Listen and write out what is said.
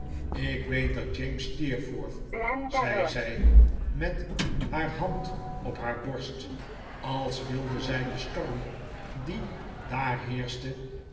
ik weet dat james steerforth zei zij met haar hand op haar borst als wilde zij den storm die daar heerschte